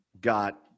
got